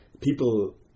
people